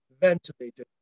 ventilated